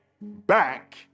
back